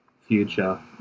future